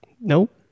nope